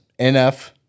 NF